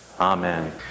Amen